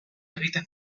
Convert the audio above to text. egiten